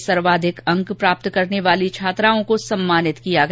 साथ ही सार्वधिक अंक प्राप्त करने वाली छात्राओं को सम्मानित किया गया